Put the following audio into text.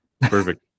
Perfect